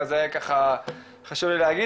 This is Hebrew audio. את זה חשוב לי להגיד,